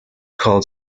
called